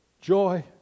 joy